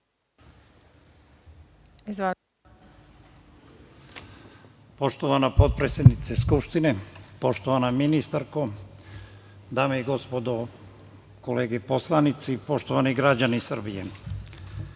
Poštovana potpredsednice Skupštine, poštovana ministarko, dame i gospodo kolege poslanici, poštovani građani Srbije,